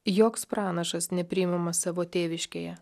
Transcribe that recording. joks pranašas nepriimamas savo tėviškėje